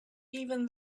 even